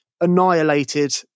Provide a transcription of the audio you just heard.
annihilated